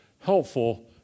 helpful